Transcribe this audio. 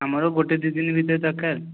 ଆମର ଗୋଟେ ଦୁଇ ଦିନି ଭିତରେ ଦରକାର